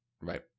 Right